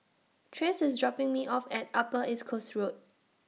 Trace IS dropping Me off At Upper East Coast Road